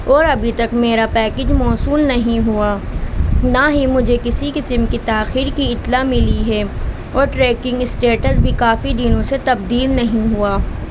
اور ابھی تک میرا پیکج موصول نہیں ہوا نہ ہی مجھے کسی قسم کی تاخیر کی اطلاع ملی ہے اور ٹریکنگ اسٹیٹس بھی کافی دنوں سے تبدیل نہیں ہوا